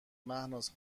مهناز